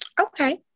Okay